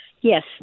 Yes